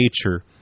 nature